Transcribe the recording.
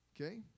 Okay